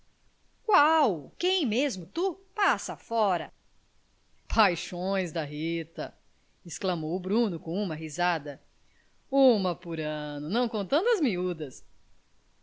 qual quem mesmo tu passa fora paixões da rita exclamou o bruno com uma risada uma por ano não contando as miúdas